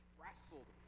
wrestled